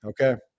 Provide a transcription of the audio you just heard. okay